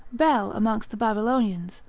bel amongst the babylonians,